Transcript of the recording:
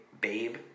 babe